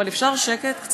אבל אפשר קצת שקט?